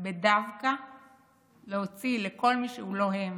ודווקא להוציא לכל מי שהוא לא הם